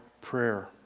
prayer